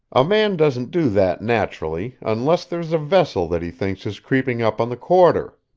a man doesn't do that naturally, unless there's a vessel that he thinks is creeping up on the quarter.